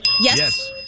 Yes